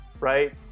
Right